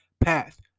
path